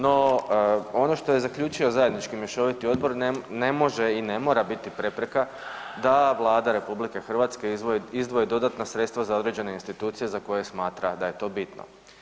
No ono što je zaključio zajednički mješoviti odbor ne može i ne mora biti prepreka da Vlada RH izdvoji dodatna sredstva za određene institucije za koje smatra da je to bitno.